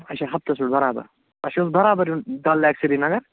اَچھا ہفتَس پٮ۪ٹھ برابر تۄہہِ چھُو حظ برابر یُن ڈَل لیک سریٖنگر